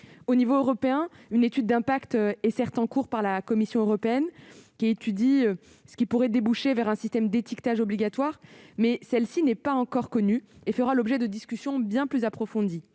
l'échelle européenne, une étude d'impact est certes menée actuellement par la Commission européenne, étude qui pourrait déboucher vers un système d'étiquetage obligatoire, mais celui-ci n'est pas encore connu et fera l'objet de discussions approfondies.